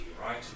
right